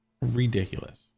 Ridiculous